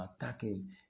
attacking